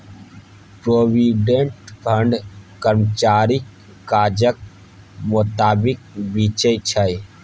provident fund कर्मचारीक काजक मोताबिक बिकै छै